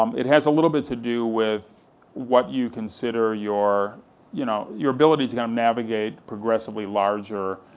um it has a little bit to do with what you consider your you know your ability to navigate progressively larger